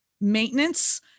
maintenance